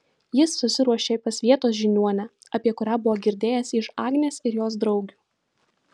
jis susiruošė pas vietos žiniuonę apie kurią buvo girdėjęs iš agnės ir jos draugių